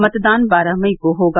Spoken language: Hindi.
मतदान बारह मई को होगा